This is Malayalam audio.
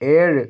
ഏഴ്